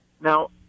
Now